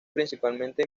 principalmente